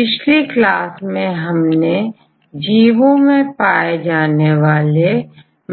पिछली क्लास में हमने जीवो में पाए जाने वाले